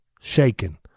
Shaken